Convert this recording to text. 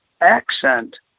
accent